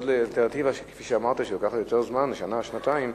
כל אלטרנטיבה שלוקחת יותר זמן, שנה-שנתיים,